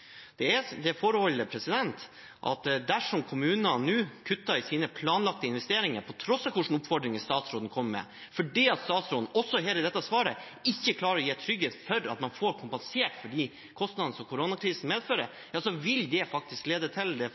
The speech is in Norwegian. Dersom kommunene nå kutter i sine planlagte investeringer på tross av de oppfordringene statsråden kommer med, og fordi statsråden her i dette svaret ikke klarer å gi trygghet for at man får kompensert for de kostnadene som koronakrisen medfører, ja, så vil det faktisk lede til at vi kommer til å miste arbeidsplasser, vi kommer til å miste aktivitet. Det